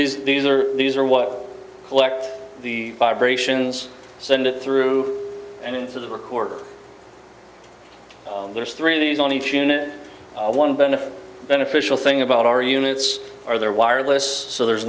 these these are these are what elect the vibrations send it through and into the recorder there's three of these on each unit one benefit beneficial thing about our units are their wireless so there's